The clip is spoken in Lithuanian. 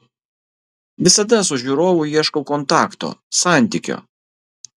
visada su žiūrovu ieškau kontakto santykio